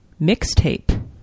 mixtape